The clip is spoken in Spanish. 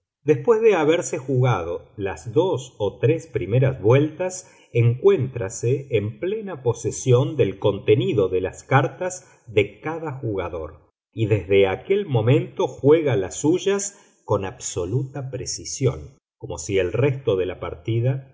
después de haberse jugado las dos o tres primeras vueltas encuéntrase en plena posesión del contenido de las cartas de cada jugador y desde aquel momento juega las suyas con absoluta precisión como si el resto de la partida